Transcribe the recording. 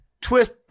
twist